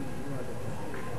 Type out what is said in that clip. מחדש את הישיבה.